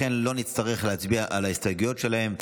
לכן לא נצטרך להצביע על ההסתייגויות שלהם.